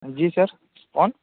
جی sir کون